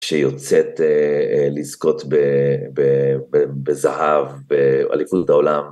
שיוצאת לזכות בזהב, על איכות העולם.